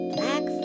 Black